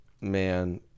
man